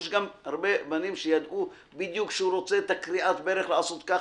יש גם הרבה בנים שידעו תמיד בדיוק שאת כריעת הברך הוא רוצה לעשות כך,